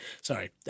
sorry